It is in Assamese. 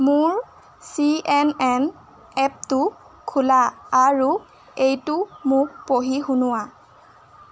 মোৰ চি এন এন এপটো খোলা আৰু এইটো মোক পঢ়ি শুনোৱা